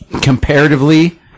comparatively